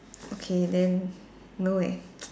okay then know leh